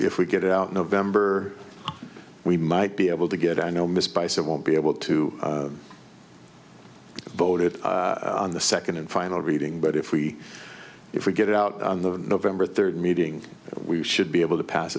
if we get out november we might be able to get i know missed by so won't be able to voted on the second and final reading but if we if we get out on the november third meeting we should be able to pass